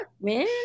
man